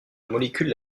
molécule